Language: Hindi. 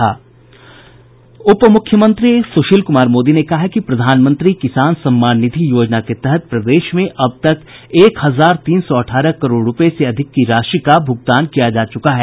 उपमुख्यमंत्री सुशील कुमार मोदी ने कहा है कि प्रधानमंत्री किसान सम्मान निधि योजना के तहत प्रदेश में अब तक एक हजार तीन सौ अठारह करोड़ रुपये से अधिक की राशि का भुगतान किया जा चुका है